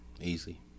easy